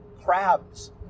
crabs